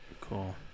cool